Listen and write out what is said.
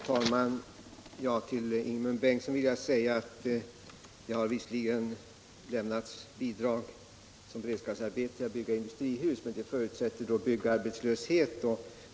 Herr talman! Till Ingemund Bengtsson vill jag säga att det visserligen har lämnats bidrag att bygga industrihus som beredskapsarbete, men det förutsätter byggarbetslöshet.